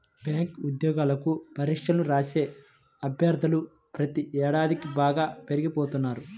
bank ఉద్యోగాలకు పరీక్షలను రాసే అభ్యర్థులు ప్రతి ఏడాదికీ బాగా పెరిగిపోతున్నారు